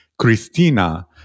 Christina